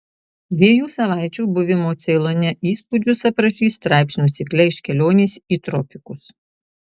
dviejų savaičių buvimo ceilone įspūdžius aprašys straipsnių cikle iš kelionės į tropikus